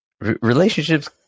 relationships